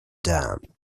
dam